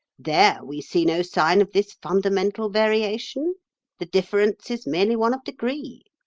there we see no sign of this fundamental variation the difference is merely one of degree.